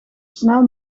snel